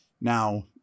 Now